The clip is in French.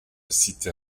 cité